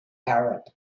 arab